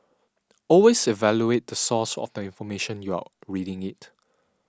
always evaluate the source of the information you're reading it